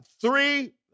three